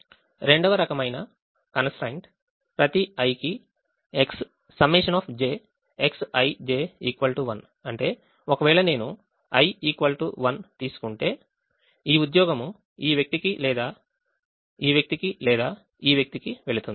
రెండవ రకమైన constraint ప్రతిi కి ΣjXij 1 అంటే ఒకవేళ నేను i 1 తీసుకుంటే ఈ ఉద్యోగం ఈ వ్యక్తికి లేదా ఈ వ్యక్తికి లేదా ఈ వ్యక్తికి వెళ్తుంది